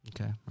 Okay